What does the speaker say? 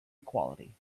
equality